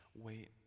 Wait